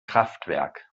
kraftwerk